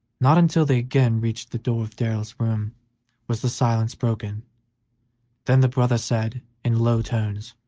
not until they again reached the door of darrell's room was the silence broken then the brother said, in low tones